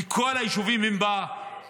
כי כל היישובים הם בצפון.